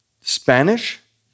Spanish